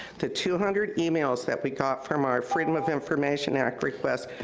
the two hundred emails that we got from our freedom of information act request